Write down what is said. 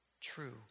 true